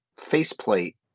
faceplate